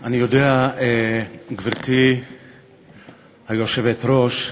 אני יודע, גברתי היושבת-ראש,